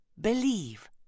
believe